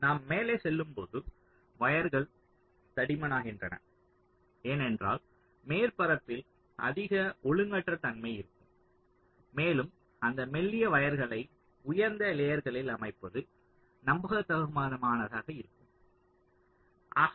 நாம் மேலே செல்லும்போது வயர்கள் தடிமனாகின்றன ஏனென்றால் மேற்பரப்பில் அதிக ஒழுங்கற்ற தன்மை இருக்கும் மேலும் அந்த மெல்லிய வயர்களை உயர்ந்த லேயர்களில் அமைப்பது நம்பகமானதாக இருக்காது